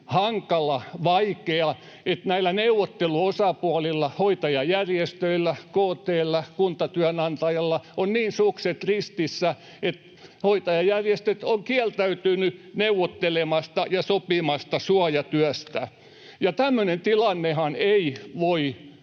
hankala ja vaikea, että neuvotteluosapuolilla, hoitajajärjestöillä ja KT:llä, kuntatyönantajalla, on niin sukset ristissä, että hoitajajärjestöt ovat kieltäytyneet neuvottelemasta ja sopimasta suojatyöstä. Tämmöinen tilannehan ei voi olla,